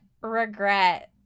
regret